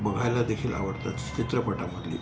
बघायला देखील आवडतात चित्रपटामधली